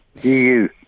EU